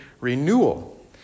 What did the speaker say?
Renewal